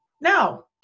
no